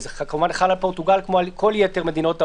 וזה כמובן חל על פורטוגל כמו על כל יתר מדינות העולם,